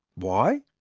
why?